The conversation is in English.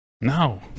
No